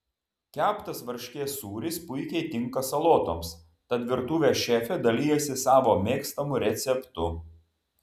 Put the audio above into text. keptas varškės sūris puikiai tinka salotoms tad virtuvės šefė dalijasi savo mėgstamu receptu